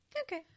Okay